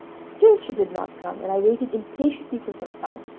still she did not come, and i waited impatiently for some time.